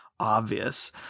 Obvious